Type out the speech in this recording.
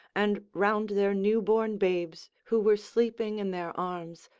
and round their new-born babes, who were sleeping in their arms,